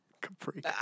Capri